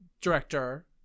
director